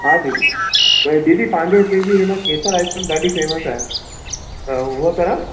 हा दीदी दीदी पंहिंजे हिते जी केसर आइस्क्रीम ॾाढी फेमस आहे त हूअ त